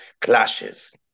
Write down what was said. clashes